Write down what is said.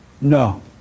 No